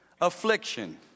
Affliction